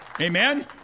Amen